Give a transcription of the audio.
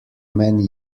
many